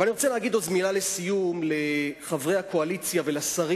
אני רוצה להגיד עוד מלה לסיום לחברי הקואליציה ולשרים